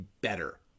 better